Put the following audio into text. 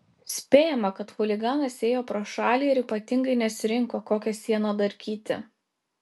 spėjama kad chuliganas ėjo pro šalį ir ypatingai nesirinko kokią sieną darkyti